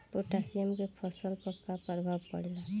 Potassium के फसल पर का प्रभाव पड़ेला?